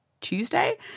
Tuesday